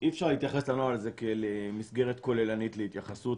אי אפשר להתייחס לנוהל הזה כאל מסגרת כוללנית להתייחסות,